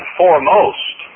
foremost